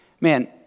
man